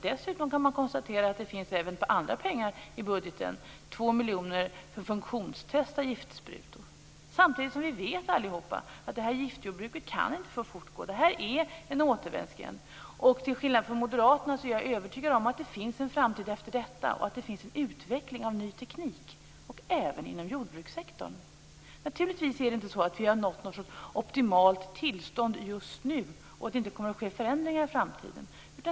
Dessutom kan man konstatera att det finns även andra pengar i budgeten, 2 miljoner, för att funktionstesta giftsprutor. Samtidigt vet vi alla att giftjordbruket inte kan få fortgå. Det är en återvändsgränd. Till skillnad från moderaterna är jag övertygad om att det finns en framtid efter detta och att det finns en utveckling av ny teknik även inom jordbrukssektorn. Naturligtvis är det inte så att vi har nått ett slags optimalt tillstånd just nu och att det inte kommer att ske förändringar i framtiden.